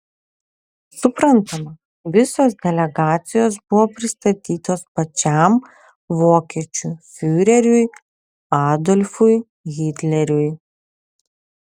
suprantama visos delegacijos buvo pristatytos pačiam vokiečių fiureriui adolfui hitleriui